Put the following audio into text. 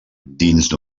dins